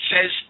says